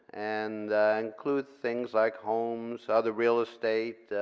and includes things like homes, other real estates,